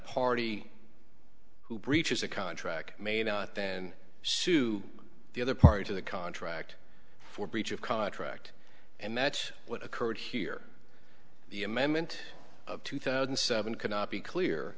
party who breaches a contract may not then sue the other party to the contract for breach of contract and match what occurred here the amendment of two thousand and seven could not be clear